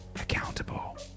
accountable